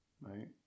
right